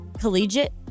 Collegiate